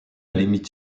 limite